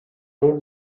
road